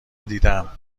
دیدم